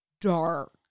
dark